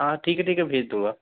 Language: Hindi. हाँ ठीक है ठीक है भेज दूंगा